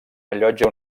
allotja